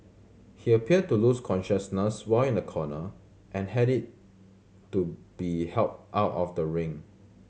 he appeared to lose consciousness while in a corner and had it to be helped out of the ring